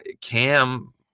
Cam